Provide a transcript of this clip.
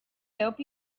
help